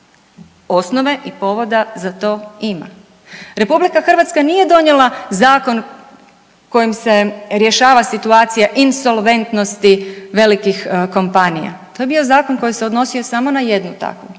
Osnove i povoda za to ima. RH nije donijela zakon kojim se rješava situacija insolventnosti velikih kompanija, to je bio zakon koji se odnosio samo na jednu takvu.